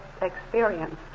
experience